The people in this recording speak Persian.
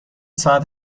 ساعت